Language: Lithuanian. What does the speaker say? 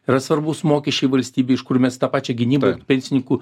yra svarbūs mokesčiai valstybei iš kur mes tą pačią gynybą pensininkų